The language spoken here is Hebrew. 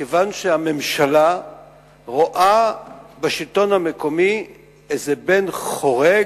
כיוון שהממשלה רואה בשלטון המקומי איזה בן חורג,